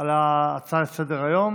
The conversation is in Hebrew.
על ההצעה לסדר-היום